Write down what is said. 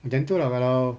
macam itu lah kalau